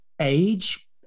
age